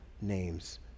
name's